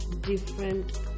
different